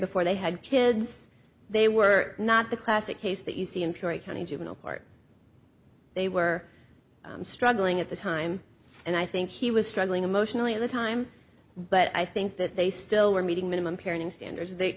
before they had kids they were not the classic case that you see in purity county juvenile court they were struggling at the time and i think he was struggling emotionally at the time but i think that they still were meeting minimum parenting standards